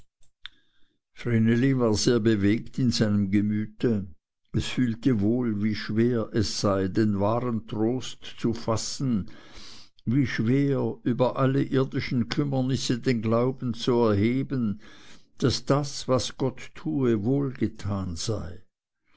war sehr bewegt in seinem gemüte es fühlte wohl wie schwer es sei den wahren trost zu fassen wie schwer über alle irdischen kümmernisse den glauben zu erheben daß das was gott tue wohl getan sei